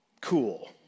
cool